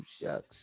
shucks